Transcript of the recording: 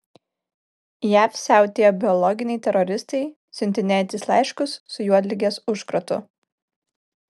jav siautėja biologiniai teroristai siuntinėjantys laiškus su juodligės užkratu